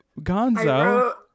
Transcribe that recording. gonzo